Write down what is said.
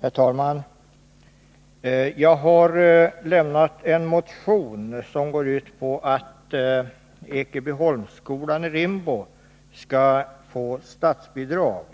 Herr talman! Jag har med anledning av proposition 1 väckt en motion som går ut på att Ekebyholmsskolan i Rimbo skall få statsbidrag.